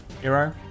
Hero